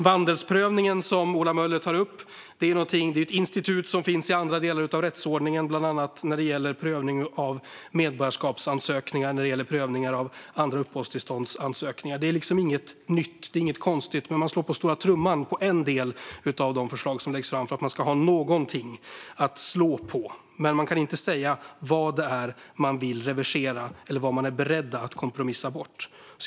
Vandelsprövningen, som Ola Möller tog upp, är ett institut som finns i andra delar av rättsordningen, bland annat när det gäller prövning av medborgarskapsansökningar och prövningar av andra uppehållstillståndsansökningar. Det är inget nytt eller konstigt. Man slår på stora trumman när det gäller en del av de förslag som läggs fram för att man ska ha någonting att slå på, men man kan inte säga vad det är man vill reversera eller vad man är beredd att kompromissa bort.